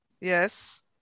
Yes